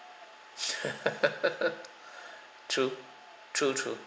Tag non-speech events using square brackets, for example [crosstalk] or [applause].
[laughs] [breath] true true true